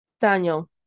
Daniel